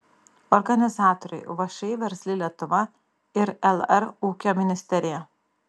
organizatoriai všį versli lietuva ir lr ūkio ministerija